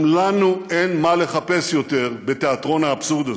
גם לנו אין מה לחפש יותר בתיאטרון האבסורד הזה.